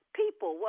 people